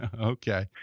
Okay